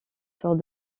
sort